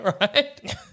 Right